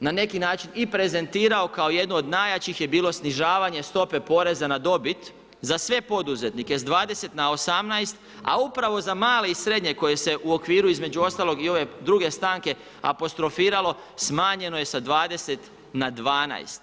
na neki način i prezentirao, kao jednu od najjačih je bilo snižavanje stope poreza na dobit za sve poduzetnike sa 20 na 18 a upravo za male i srednje koji se u okviru između ostalog i ove druge stanke, apostrofiralo, smanjeno je sa 20 na 12.